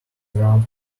around